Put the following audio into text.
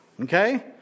okay